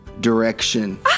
direction